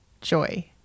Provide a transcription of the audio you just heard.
joy